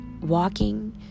walking